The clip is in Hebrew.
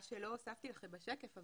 מה שלא הוספתי לכם בשקף,